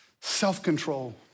self-control